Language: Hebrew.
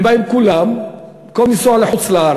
הם באים כולם, ובמקום לנסוע לחוץ-לארץ,